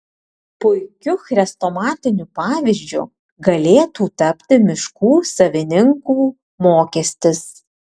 puikiu chrestomatiniu pavyzdžiu galėtų tapti miškų savininkų mokestis